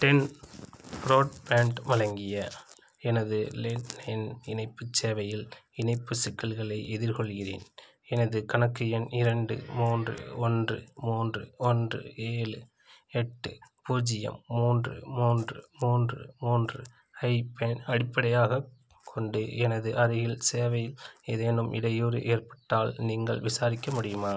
ten broadband வழங்கிய எனது landline இணைப்புச் சேவையில் இணைப்புச் சிக்கல்களை எதிர்கொள்கிறேன் எனது கணக்கு எண் இரண்டு மூன்று ஒன்று மூன்று ஒன்று ஏழு எட்டு பூஜ்ஜியம் மூன்று மூன்று மூன்று மூன்று ஐப் பயன் அடிப்படையாகக் கொண்டு எனது அருகில் சேவையில் ஏதேனும் இடையூறு ஏற்பட்டால் நீங்கள் விசாரிக்க முடியுமா